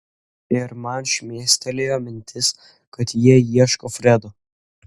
ir man šmėstelėjo mintis kad jie ieško fredo